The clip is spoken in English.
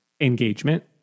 engagement